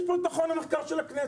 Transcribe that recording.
יש פה את מכון המחקר של הכנסת,